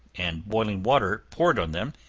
and boiling water poured on them,